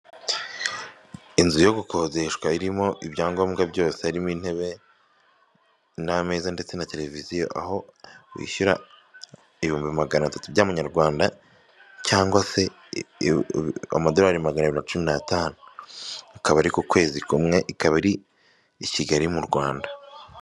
Inzu yo gukodeshwa irimo ibyangombwa byose haririmo intebe n'ameza ndetse na televiziyo, aho wishyura ibihumbi magana atatu by'amanyarwanda cyangwa se amadorari magana magana abiri na cumi na atanu, akaba ariko ku kwezi kumwe ikaba iri i Kigali mu Rwanda.